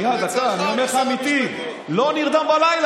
שנייה, דקה, אני עונה לך אמיתי, לא נרדם בלילה.